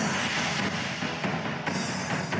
system